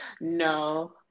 no